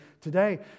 today